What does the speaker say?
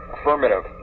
Affirmative